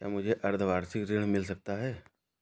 क्या मुझे अर्धवार्षिक ऋण मिल सकता है?